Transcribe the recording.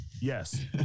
Yes